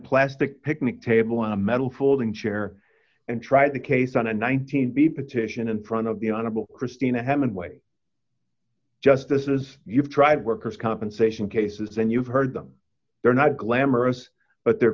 plastic picnic table on a metal folding chair and tried the case on a nineteen b petition in front of the honorable christina hemingway justices you've tried workers compensation cases and you've heard them they're not glamorous but they're